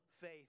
faith